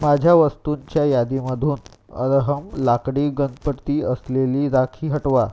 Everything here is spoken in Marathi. माझ्या वस्तूंच्या यादीमधून अरहम लाकडी गणपती असलेली राखी हटवा